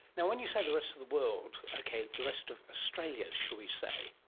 when you say the rest of the world, okay, the rest of australia, shall we say,